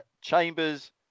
Chambers